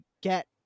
get